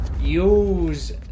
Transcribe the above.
Use